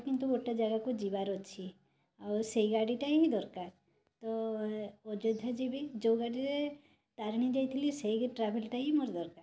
ମୋର କିନ୍ତୁ ଗୋଟେ ଜାଗାକୁ ଯିବାର ଅଛି ଆଉ ସେଇ ଗାଡ଼ିଟା ହିଁ ଦରକାର ତ ଅଯୋଧ୍ୟା ଯିବି ଯେଉଁ ଗାଡ଼ିରେ ତାରିଣୀ ଯାଇଥିଲି ସେଇ ଟ୍ରାଭେଲଟା ହିଁ ମୋର ଦରକାର